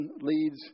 leads